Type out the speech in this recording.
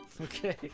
Okay